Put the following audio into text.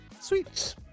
sweet